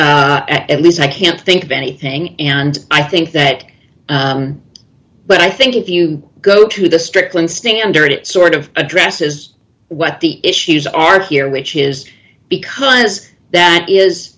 not at least i can't think of anything and i think that but i think if you go to the strickland standard it sort of addresses what the issues are here which is because that is